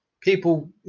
People